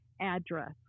address